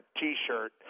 T-shirt